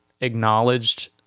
acknowledged